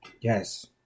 Yes